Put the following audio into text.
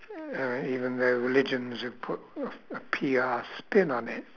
uh or even the religions that put a P_R spin on it